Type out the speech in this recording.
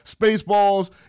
Spaceballs